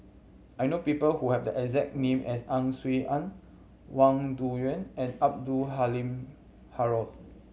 I know people who have the exact name as Ang Swee Aun Wang Dayuan and Abdul Halim Haron